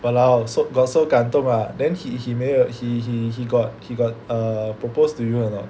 !walao! so got so 感动 ah then he he 没有 he he got he got err propose to you or not